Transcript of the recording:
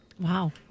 Wow